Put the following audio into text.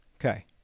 Okay